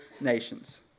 nations